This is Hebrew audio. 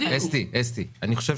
אסתי, אני חושב